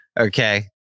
Okay